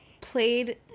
played